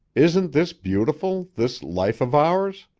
isn't this beautiful, this life of ours?